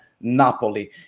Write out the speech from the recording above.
Napoli